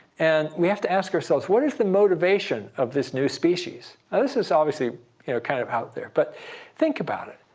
and we have to ask ourselves, what is the motivation of this new species? now this is obviously kind of out there. but think about it.